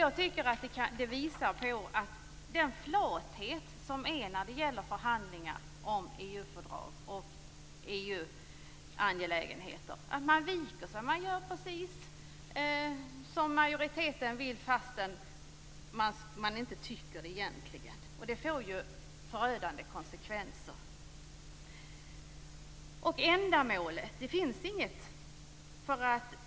Jag tycker att detta visar på den flathet som finns när det gäller förhandlingar om EU-fördrag och EU angelägenheter. Man viker sig och gör precis som majoriteten vill, fastän man egentligen inte tycker som den. Detta får förödande konsekvenser. Något ändamål finns inte.